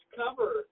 cover